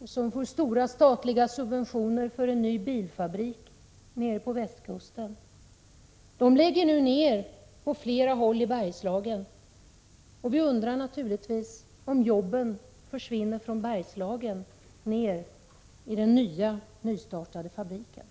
och som får stora statliga subventioner för en ny bilfabrik nere på västkusten, lägger nu ned på flera håll i Bergslagen. Vi undrar naturligtvis om jobben försvinner från Bergslagen ner till den nystartade fabriken.